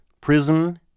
Prison